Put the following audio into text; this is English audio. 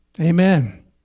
Amen